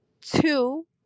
two